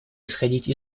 исходить